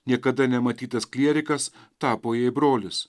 niekada nematytas klierikas tapo jai brolis